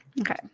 Okay